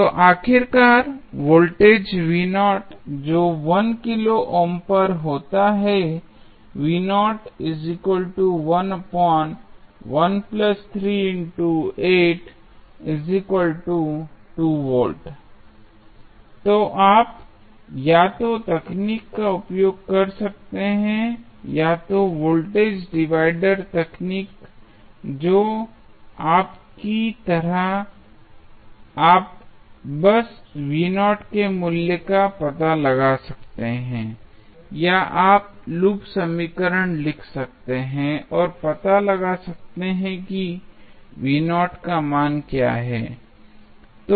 तो आखिरकार वोल्टेज जो 1 किलो ओम पर होता है तो आप या तो तकनीक का उपयोग कर सकते हैं या तो वोल्टेज डिवाइडर तकनीक जो आप की तरह आप बस के मूल्य का पता लगा सकते हैं या आप लूप समीकरण लिख सकते हैं और पता लगा सकते हैं कि का मान है